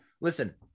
listen